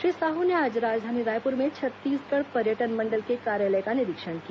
श्री साहू ने आज राजधानी रायपुर में छत्तीसगढ़ पर्यटन मंडल के कार्यालय का निरीक्षण किया